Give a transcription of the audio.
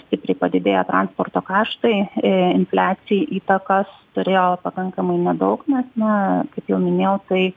stipriai padidėjo transporto kaštai į infliacijai įtakos turėjo pakankamai nedaug nes na kaip jau minėjau tai